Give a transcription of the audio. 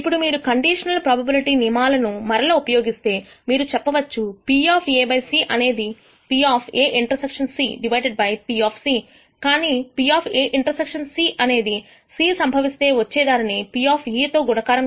ఇప్పుడు మీరు conditional probability నియమాల ను మరల ఉపయోగిస్తే మీరు చెప్పవచ్చు PA|C అనేది P A ∩ C divided by P కానీPA ∩ C అనేది C సంభవిస్తే వచ్చే దానిని P తో గుణకారం చేస్తే వస్తుంది